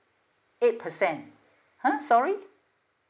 eight percent !huh! sorry